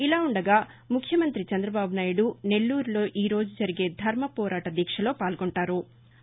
ఇలా ఉండగా ముఖ్యమంత్రి నారా చంద్రబాబు నాయుడు నెల్లూరులో ఈరోజు జరిగే ధర్మపోరాట దీక్షలో పాల్గొంటారు